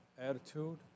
attitude